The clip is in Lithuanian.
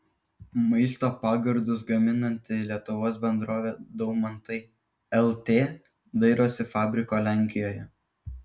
maisto pagardus gaminanti lietuvos bendrovė daumantai lt dairosi fabriko lenkijoje